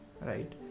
right